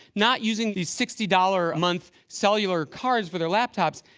not using these sixty dollar a month cellular cards for their laptops.